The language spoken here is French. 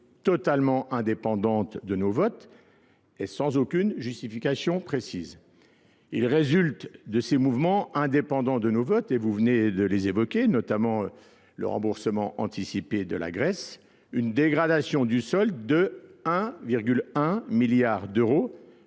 totalement indépendante de nos votes et sans aucune justification précise. Il résulte de ces mouvements indépendants de nos votes, et vous venez de les évoquer, notamment le remboursement anticipé de la Grèce, une dégradation du solde de 1,1 milliard d'euros